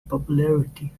popularity